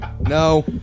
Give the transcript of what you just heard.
No